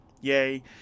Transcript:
Yay